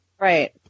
Right